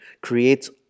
creates